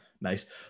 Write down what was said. nice